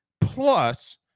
plus